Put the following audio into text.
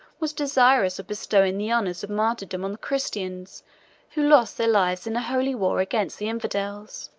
was desirous of bestowing the honors of martyrdom on the christians who lost their lives in a holy war against the infidels.